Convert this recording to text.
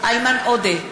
איימן עודה,